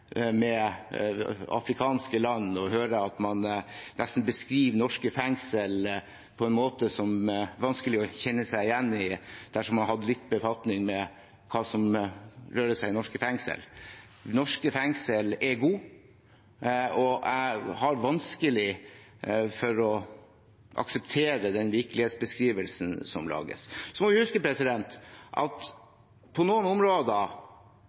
med afrikanske land og høre at man nesten beskriver norske fengsler på en måte som det er vanskelig å kjenne seg igjen i dersom man har hatt litt befatning med det som rører seg i norske fengsler. Norske fengsler er gode, og jeg har vanskelig for å akseptere den virkelighetsbeskrivelsen som lages. Så må vi huske at på noen områder